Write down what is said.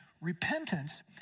Repentance